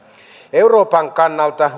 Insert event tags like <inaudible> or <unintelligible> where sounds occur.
euroopan kannalta <unintelligible>